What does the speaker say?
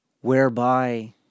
whereby